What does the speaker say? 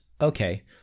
Okay